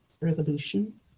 revolution